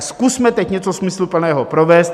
Zkusme teď něco smysluplného provést.